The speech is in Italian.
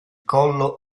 collo